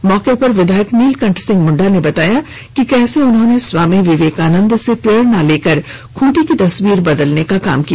इस मौके पर विधायक नीलकंठ सिंह मुंडा ने बताया कि कैसे उन्होंने स्वामी विवेकानंद से प्रेरणा लेकर खूंटी की तस्वीर बदलने का काम किया